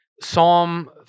Psalm